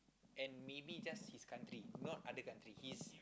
and maybe just his country not other country his